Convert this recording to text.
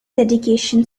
dedication